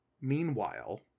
Meanwhile